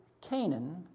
Canaan